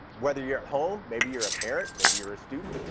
whether you're at home, maybe you're a parent, maybe you're a student,